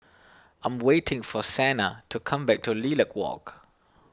I am waiting for Sena to come back to Lilac Walk